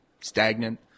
stagnant